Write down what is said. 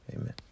amen